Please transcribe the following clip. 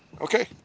Okay